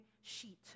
sheet